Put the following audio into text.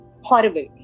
horrible